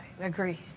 agree